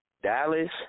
Dallas